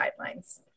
guidelines